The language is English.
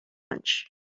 lunch